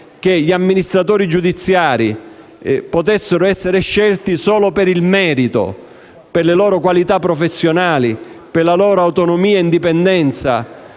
che gli amministratori giudiziari possano essere scelti solo per il merito, per le loro qualità professionali, per la loro autonomia e indipendenza,